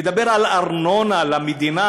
לדבר על ארנונה למדינה,